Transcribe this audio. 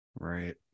Right